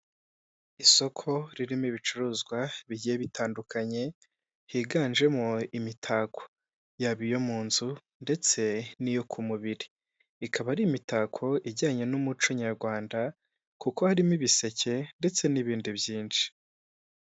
Isoko ririmo ibicuruzwa bigiye bitandukanye, higanjemo imitako, yaba iyo mu nzu ndetse n'iyo ku mubiri, ikaba ari imitako ijyanye n'umuco nyarwanda, kuko harimo ibiseke ndetse n'ibindi byinshi.